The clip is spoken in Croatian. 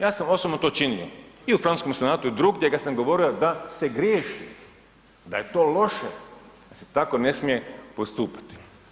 Ja sam osobno to činio i u Francuskom senatu i drugdje kada sam govorio da se griješi, da je to loše, da se tako ne smije postupati.